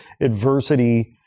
adversity